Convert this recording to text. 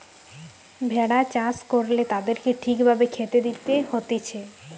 ভেড়া চাষ করলে তাদেরকে ঠিক ভাবে খেতে দিতে হতিছে